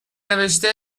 نوشته